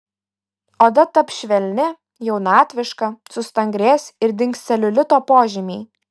oda taps švelni jaunatviška sustangrės ir dings celiulito požymiai